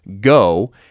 go